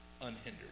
unhindered